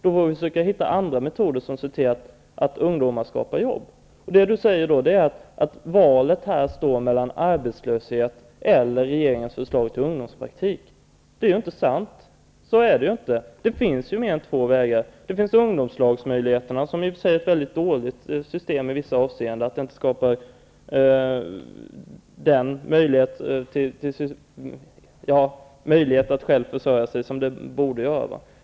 Då får vi försöka hitta andra metoder att skapa jobb för ungdomar. Enligt Marianne Andersson står valet mellan arbetslöshet eller regeringens förslag till ungdomspraktik. Det är inte sant. Det finns mer än två vägar. Det finns ungdomslagen, som i och för sig är ett dåligt system i vissa avseenden. Det ger inte den möjlighet att försörja sig själv som det borde göra.